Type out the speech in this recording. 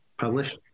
Publish